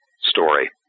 story